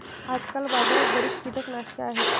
आजकाल बाजारात बरीच कीटकनाशके आहेत